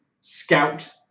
scout